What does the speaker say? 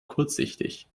kurzsichtig